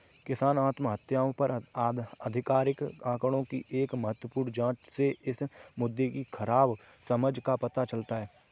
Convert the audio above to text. किसान आत्महत्याओं पर आधिकारिक आंकड़ों की एक महत्वपूर्ण जांच से इस मुद्दे की खराब समझ का पता चलता है